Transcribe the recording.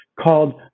called